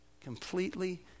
Completely